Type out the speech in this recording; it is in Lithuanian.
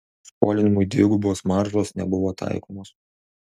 skolinimui dvigubos maržos nebuvo taikomos